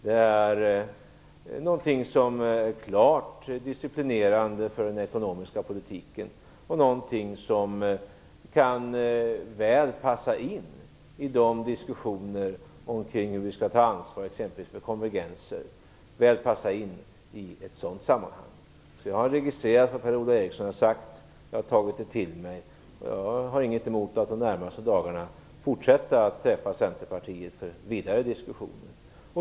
Det är klart disciplinerande för den ekonomiska politiken och kan väl passa in i diskussionerna kring hur vi skall ta ansvar exempelvis för konvergens. Jag har registrerat vad Per-Ola Eriksson har sagt. Jag har tagit det till mig. Jag har ingenting emot att under de närmaste dagarna fortsätta att träffa Centerpartiet för vidare diskussioner.